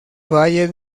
valle